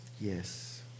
Yes